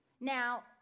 Now